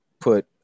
put